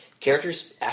Characters